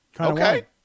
Okay